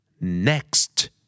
Next